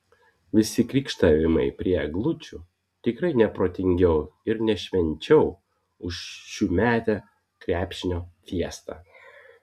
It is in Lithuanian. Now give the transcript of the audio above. visi krykštavimai prie eglučių tikrai ne protingiau ir ne švenčiau už šiųmetę krepšinio fiestą